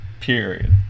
period